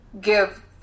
give